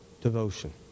devotion